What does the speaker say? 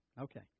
Okay